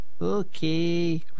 Okay